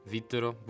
Vittoro